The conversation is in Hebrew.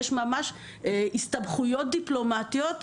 יש ממש הסתבכויות דיפלומטיות,